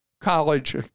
college